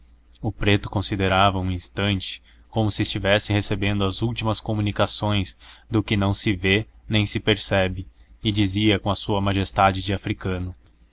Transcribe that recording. o preto considerava um instante como se estivesse recebendo as últimas comunicações do que não se vê nem se percebe e dizia com a sua majestade de africano